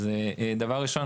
דבר ראשון,